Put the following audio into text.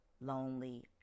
lonely